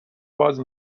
باز